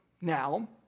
now